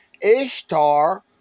Ishtar